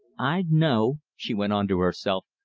i know, she went on to herself,